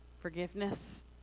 forgiveness